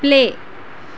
play